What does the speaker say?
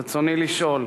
רצוני לשאול: